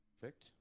Perfect